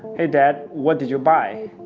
hey, dad, what did you buy?